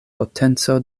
potenco